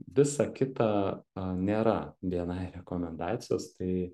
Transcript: visa kita a nėra bni rekomendacijos tai